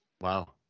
Wow